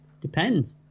Depends